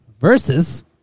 Versus